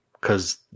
Cause